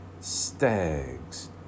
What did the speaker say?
stags